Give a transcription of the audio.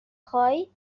خوایی